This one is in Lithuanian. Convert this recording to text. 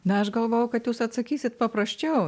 na aš galvojau kad jūs atsakysit paprasčiau